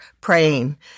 praying